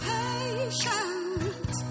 patient